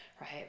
right